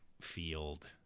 field